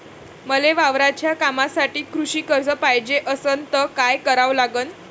मले वावराच्या कामासाठी कृषी कर्ज पायजे असनं त काय कराव लागन?